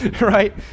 right